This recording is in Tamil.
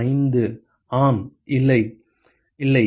5 ஆம் இல்லை இல்லை